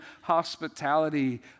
hospitality